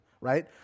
Right